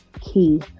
key